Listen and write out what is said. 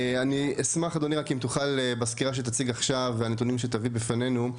אני אשמח אדוני רק אם תוכל בסקירה שתציג עכשיו והנתונים שתביא בפנינו,